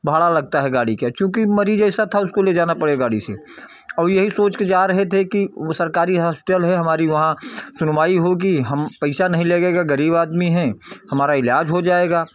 भाड़ा लगता है गाड़ी का चूँकि मरीज़ ऐसा था उसको ले जाना पड़ेगा गाड़ी से और यही सोच कर जा रहे थे कि वह सरकारी हॉस्पिटल है हमारी वहाँ सुनवाई होगी हम पैसा नहीं लगेगा गरीब आदमी हैं हमारा इलाज हो जाएगा